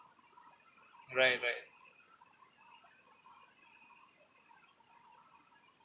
right right